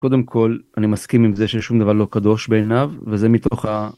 קודם כל אני מסכים עם זה שיש שום דבר לא קדוש בעיניו וזה מתוך.